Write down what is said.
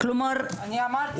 אני אמרתי את זה.